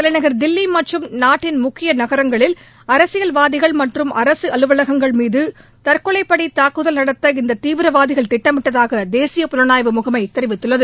தலைநகர் தில்லி மற்றும் நாட்டின் முக்கிய நகரங்களில் அரசியல்வாதிகள் மற்றும் அரசு அலுவலகங்கள் மீது தற்கொலைப்படை தாக்குதல் நடத்த இந்த தீவிரவாதிகள் திட்டமிட்டதாக தேசிய புலனாய்வு முகமைப்ப தெரிவித்குள்ளது